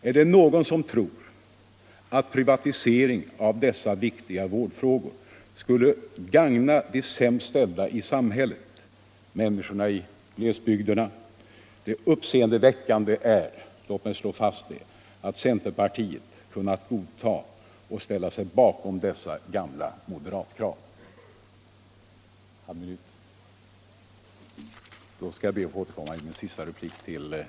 Är det någon som tror att en privatisering av dessa viktiga vårdfrågor skulle gagna de sämst ställda i samhället och människorna i glesbygderna? Det uppsecendeväckande är — låt mig slå fast det — att centerpartiet har kunnat godta och ställa sig bakom dessa gamla moderatkrav. Jag skall be att få återkomma till herr Romanus i min sista replik.